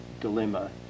dilemma